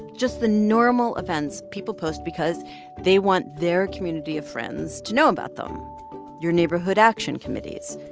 just the normal events people post because they want their community of friends to know about them your neighborhood action committees,